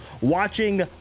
watching